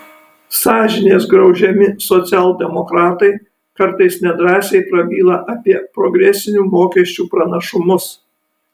sąžinės griaužiami socialdemokratai kartais nedrąsiai prabyla apie progresinių mokesčių pranašumus